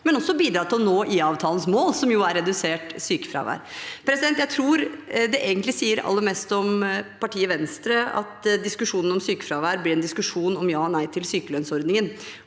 men også for å bidra til å nå IA-avtalens mål, som jo er redusert sykefravær. Jeg tror det egentlig sier aller mest om partiet Venstre at diskusjonen om sykefravær blir en diskusjon om ja eller nei til sykelønnsordningen.